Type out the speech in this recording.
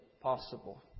possible